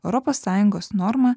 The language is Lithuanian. europos sąjungos norma